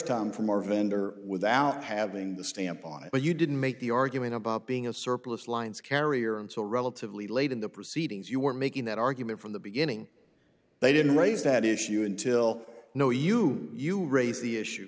time from our vendor without having the stamp on it but you didn't make the argument about being a surplus lines carrier and so relatively late in the proceedings you were making that argument from the beginning they didn't raise that issue until you know you you raise the issue